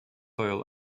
oil